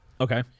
okay